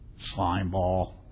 Slimeball